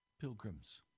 pilgrims